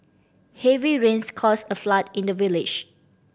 heavy rains caused a flood in the village